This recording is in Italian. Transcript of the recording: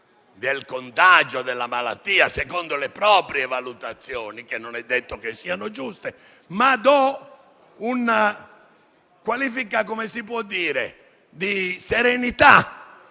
del contagio e della malattia secondo le proprie valutazioni, che non è detto che siano giuste. Do un qualifica di serenità